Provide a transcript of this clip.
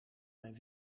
mijn